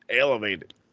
Elevated